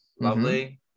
Lovely